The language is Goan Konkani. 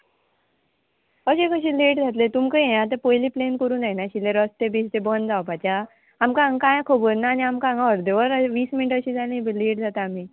अशें कशें लेट जातलें तुमकां हें आतां पयलीं प्लेन करून जायनाशिल्लें रस्ते बेश्टें बंद जावपाचें आमकां कांय खबर ना आनी आमकां हांगा अर्दें वर वीस मिनट अशीं जालीं लेट जाता आमी